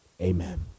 amen